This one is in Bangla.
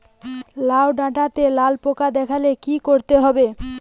লাউ ডাটাতে লাল পোকা দেখালে কি করতে হবে?